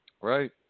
right